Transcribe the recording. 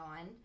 on